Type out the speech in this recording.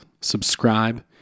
subscribe